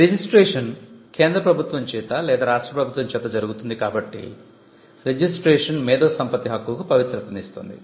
ఈ రిజిస్ట్రేషన్ కేంద్ర ప్రభుత్వం చేత లేదా రాష్ట్ర ప్రభుత్వం చేత జరుగుతుంది కాబట్టి రిజిస్ట్రేషన్ మేధో సంపత్తి హక్కుకు పవిత్రతను ఇస్తుంది